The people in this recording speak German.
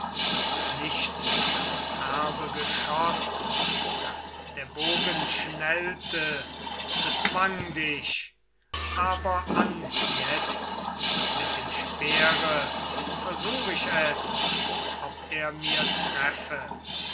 nicht das herbe geschoß das der bogen schnellte bezwang dich aber anjetzt mit dem speere versuch ich es ob er mir treffe